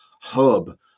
hub